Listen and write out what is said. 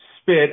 spit